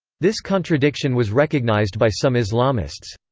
this contradiction was recognized by some islamists.